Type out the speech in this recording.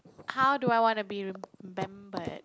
how do I want to be remembered